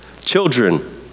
Children